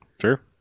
Sure